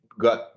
got